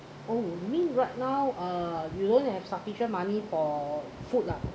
oh you mean right now uh you don't have sufficient money for food lah